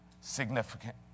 significant